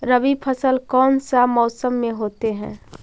रवि फसल कौन सा मौसम में होते हैं?